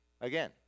again